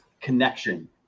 connection